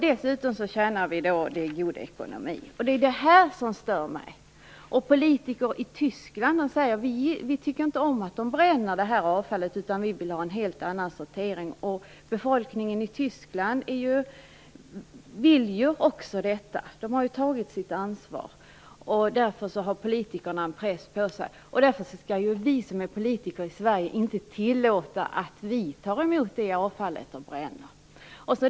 Dessutom tjänar man på det, och det är god ekonomi. Det är det som stör mig. Politiker i Tyskland säger: Vi tycker inte om att man bränner det här avfallet, utan vi vill ha en helt annan sortering. Befolkningen i Tyskland vill också detta. Den har tagit sitt ansvar, och politikerna har en press på sig. Därför skall vi som är politiker i Sverige inte tillåta att Sverige tar emot avfallet och bränner det.